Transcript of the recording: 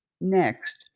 Next